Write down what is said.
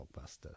blockbuster